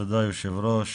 תודה היושב הראש,